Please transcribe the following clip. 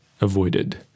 avoided